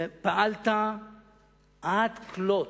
ופעלת עד כלות,